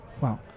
Wow